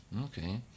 Okay